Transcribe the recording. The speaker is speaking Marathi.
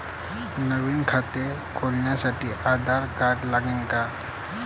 नवीन खात खोलासाठी आधार कार्ड लागन का?